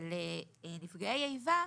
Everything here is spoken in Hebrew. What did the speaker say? אצל נפגעי איבה,